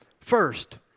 First